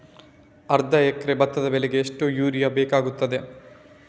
ಅರ್ಧ ಎಕರೆ ಭತ್ತ ಬೆಳೆಗೆ ಎಷ್ಟು ಯೂರಿಯಾ ಬೇಕಾಗುತ್ತದೆ?